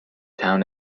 town